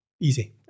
easy